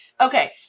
Okay